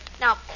Now